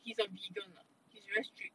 he's a vegan ah he is very strict